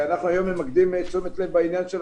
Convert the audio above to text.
ואנחנו היום ממקדים תשומת לב בעניין של